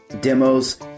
demos